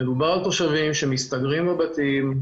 מדובר על תושבים שמסתגרים בבתים,